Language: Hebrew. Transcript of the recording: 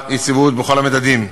יציבות בכל המדדים,